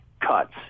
cuts